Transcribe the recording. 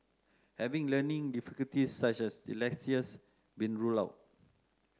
have learning difficulties such as dyslexia been ruled out